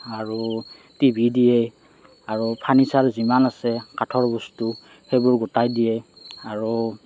আৰু T V দিয়ে আৰু ফাৰ্নিচাৰ যিমান আছে কাঠৰ বস্তু সেইবোৰ গোটাই দিয়ে আৰু